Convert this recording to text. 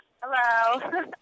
Hello